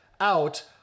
out